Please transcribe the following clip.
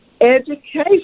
education